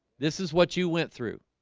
this is what you went through.